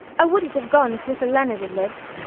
i wouldn't have gone if little leonard had lived.